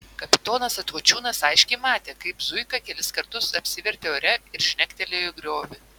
kapitonas atkočiūnas aiškiai matė kaip zuika kelis kartus apsivertė ore ir žnektelėjo į griovį